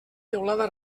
teulada